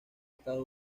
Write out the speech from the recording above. estados